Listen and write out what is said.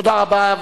תודה רבה.